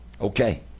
Okay